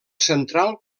central